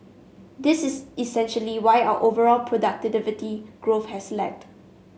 this is essentially why our overall productivity growth has lagged